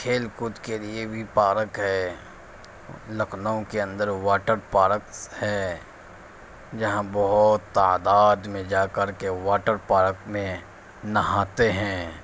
کھیل کود کے لیے بھی پارک ہے لکھنؤ کے اندر واٹر پارکس ہے جہاں بہت تعداد میں جا کر کے واٹر پارک میں نہاتے ہیں